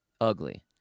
ugly